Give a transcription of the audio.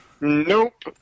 Nope